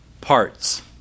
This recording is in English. parts